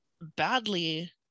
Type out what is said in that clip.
badly